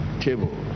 table